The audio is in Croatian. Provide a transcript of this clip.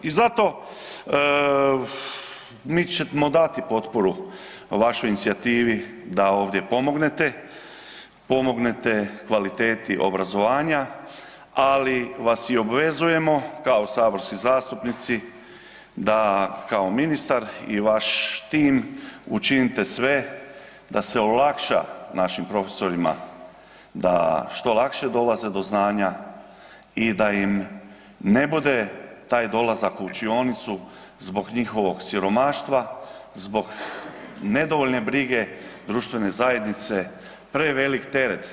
I zato mi ćemo dati potporu vašoj inicijativi da ovdje pomognete, pomognete kvaliteti obrazovanja, ali vas i obvezujemo kao saborski zastupnici da kao ministar i vaš tim učinite sve da se olakša našim profesorima da što lakše dolaze do znanja i da im ne bude taj dolazak u učionicu zbog njihovog siromaštva, zbog nedovoljne brige društvene zajednice prevelik teret.